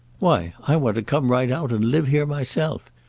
why i want to come right out and live here myself.